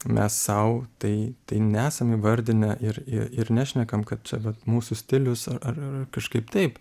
mes sau tai nesam įvardinę ir i ir nešnekam kad čia vat mūsų stilius ar ar ar kažkaip taip